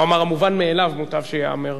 הוא אמר: המובן מאליו מוטב שייאמר.